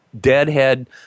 deadhead